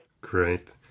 Great